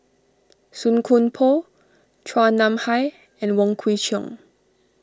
Song Koon Poh Chua Nam Hai and Wong Kwei Cheong